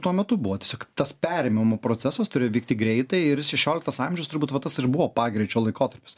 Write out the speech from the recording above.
tuo metu buvo tiesiog tas perėmimo procesas turėjo vykti greitai ir šešioliktas amžius turbūt va tas ir buvo pagreičio laikotarpis